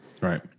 Right